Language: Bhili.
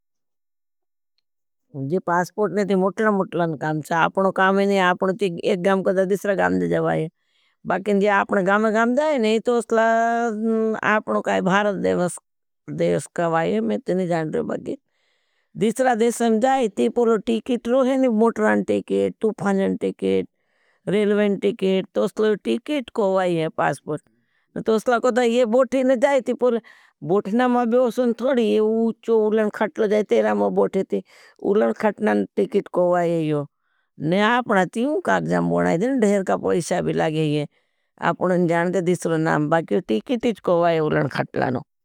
ये पासपोर्ट नहीं है, मोटला मोटला काम है, आपका काम नहीं है, आपका एक गाम कोड़ा दिसरा गाम दे जा वाई है। बाकिन ज़िया आपका गाम गाम जाए नहीं, तो उसला आपका भारत देश का वाई है, मैं ते नहीं जानती हूँ। बाकिन दिसरा देश सब जयती की ती टिकी टीकरो होंके की मोटरायेन टिकीट तूफानन टिकीट रेलबेन टिकीट। तोसलो टिकीट को भायी है पासपोर्ट तोसला का तो ये बोट्ठिन ना जायीती पूल। बोठला मा वॉसिन थोड़ेही उच्चो उड़नखटुला जायेरे ता मा । उड़न खटलन टिकीट कड़वैयो नया ढेर का पॉइसा भी लगाएं आइए। आपुड़ो जाइन दे दीसरो नाम बाकिन टीकिट तिज करवैलूँ उड़न खातरू।